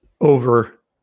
over